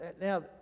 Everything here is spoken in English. Now